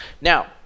Now